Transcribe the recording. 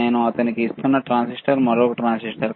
నేను అతనికి ఇస్తున్న ట్రాన్సిస్టర్ మరొక ట్రాన్సిస్టర్